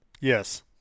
Yes